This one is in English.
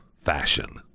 fashion